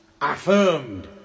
affirmed